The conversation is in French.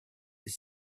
des